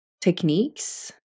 techniques